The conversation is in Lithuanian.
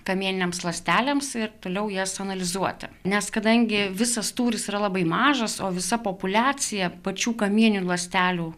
kamieninėms ląstelėms ir toliau jas analizuoti nes kadangi visas tūris yra labai mažas o visa populiacija pačių kamieninių ląstelių